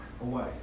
away